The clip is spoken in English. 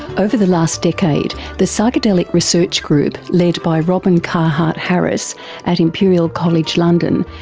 over the last decade, the psychedelic research group, led by robyn carhart-harris at imperial college london,